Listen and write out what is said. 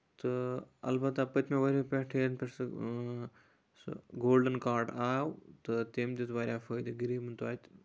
تہٕ اَلبتہ پٔتۍمیو ؤریو پٮ۪ٹھٕ یَنہٕ پٮ۪ٹھ سُہ سُہ گولڈَن کارڈ آو تہٕ تٔمۍ دیُت واریاہ فٲیدٕ غریٖبَن تویتہِ